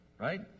right